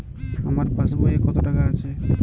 আমার পাসবই এ কত টাকা আছে?